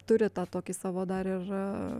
turi tą tokį savo dar ir